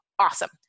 awesome